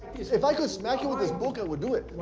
if i could smack you with this book, i would do it.